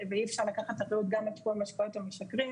ואי אפשר לקחת אחריות גם על תחום המשקאות המשכרים.